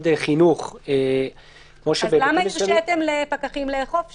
חינוך --- אז למה הרשיתם לפקחים לאכוף שם?